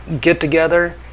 get-together